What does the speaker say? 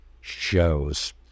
shows